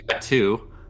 two